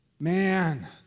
Man